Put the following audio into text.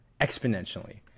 exponentially